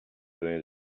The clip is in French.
venait